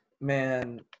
man –